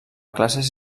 classes